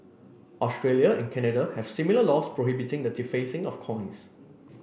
Australia and Canada have similar laws prohibiting the defacing of coins